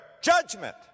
judgment